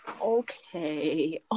Okay